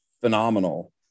phenomenal